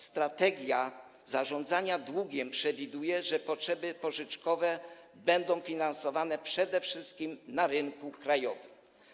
Strategia zarządzania długiem przewiduje, że potrzeby pożyczkowe będą finansowane przede wszystkim na rynku krajowym.